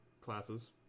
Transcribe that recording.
classes